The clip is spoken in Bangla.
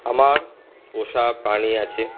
আমার পোষা প্রাণী আছে